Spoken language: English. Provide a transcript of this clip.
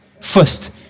first